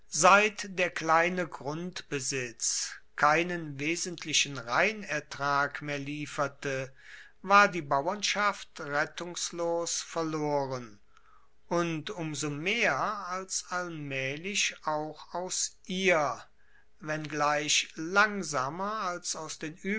seit der kleine grundbesitz keinen wesentlichen reinertrag mehr lieferte war die bauernschaft rettungslos verloren und um so mehr als allmaehlich auch aus ihr wenngleich langsamer als aus den